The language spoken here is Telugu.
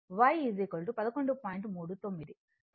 39